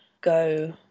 go